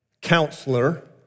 counselor